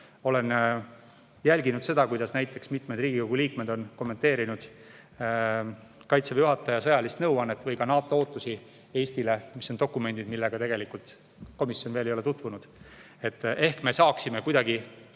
Olen jälginud, kuidas mitmed Riigikogu liikmed on kommenteerinud Kaitseväe juhataja sõjalist nõuannet või ka NATO ootusi Eestile, mis on dokumendid, millega tegelikult komisjon veel ei ole tutvunud. Ehk me saaksime kuidagi